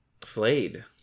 Flayed